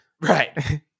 Right